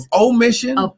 omission